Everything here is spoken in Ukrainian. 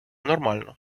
нормально